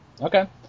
Okay